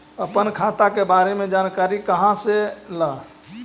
अपन खाता के बारे मे जानकारी कहा से ल?